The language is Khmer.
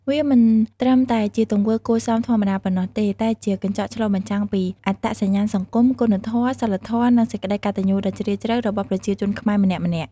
វាមិនត្រឹមតែជាទង្វើគួរសមធម្មតាប៉ុណ្ណោះទេ តែជាកញ្ចក់ឆ្លុះបញ្ចាំងពីអត្តសញ្ញាណសង្គម គុណធម៌ សីលធម៌ និងសេចក្តីកតញ្ញូដ៏ជ្រាលជ្រៅរបស់ប្រជាជនខ្មែរម្នាក់ៗ។